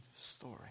story